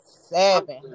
seven